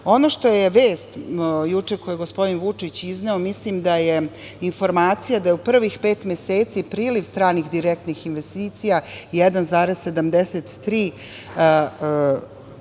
što je vest, juče koju je gospodin Vučić izneo, mislim da je informacija da je u prvih pet meseci priliv stranih direktnih investicija 1,73